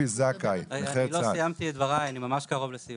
אני לא סיימתי את דבריי, אני ממש קרוב לסיום.